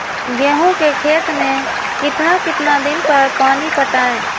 गेंहू के खेत मे कितना कितना दिन पर पानी पटाये?